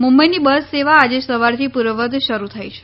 મુંબઈની બસ સેવા આજે સવારથી પૂર્વવત શરૃ થઈ છે